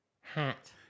Hat